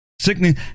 sickening